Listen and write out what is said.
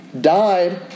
died